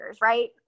right